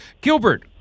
gilbert